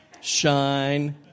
shine